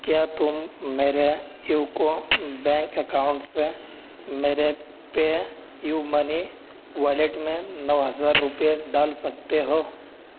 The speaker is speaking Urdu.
کیا تم میرے یوکو بینک اکاؤنٹ سے میرے پے یو منی والیٹ میں نو ہزار روپے ڈال سکتے ہو